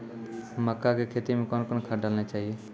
मक्का के खेती मे कौन कौन खाद डालने चाहिए?